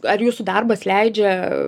ar jūsų darbas leidžia